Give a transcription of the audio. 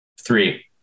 Three